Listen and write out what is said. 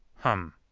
hum!